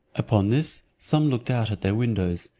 upon this some looked out at their windows,